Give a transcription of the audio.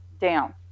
down